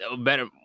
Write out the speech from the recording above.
Better